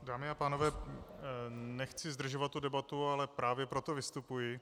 Dámy a pánové, nechci zdržovat debatu, ale právě proto vystupuji.